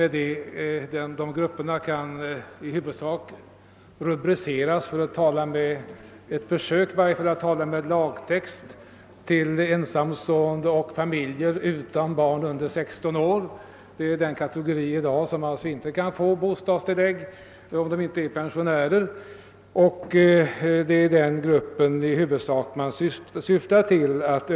De grupperna kan i huvudsak rubriceras — för att försöka tala lagspråk — som ensamstående och familjer utan barn under 16 år. De som tillhör dessa kategorier kan i dag inte få bostadstillägg om de inte är pensionärer, och översynen skall därför i huvudsak gälla dem.